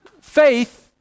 faith